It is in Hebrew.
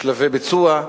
בשלבי ביצוע,